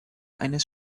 eines